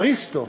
אריסטו,